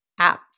apps